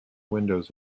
windows